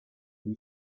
die